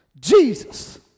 Jesus